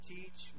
Teach